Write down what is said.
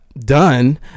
Done